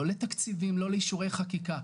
לא לתקציבים לא לאישורי חקיקה,